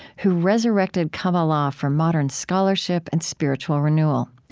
who resurrected kabbalah for modern scholarship and spiritual renewal.